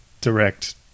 direct